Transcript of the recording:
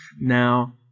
Now